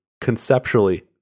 conceptually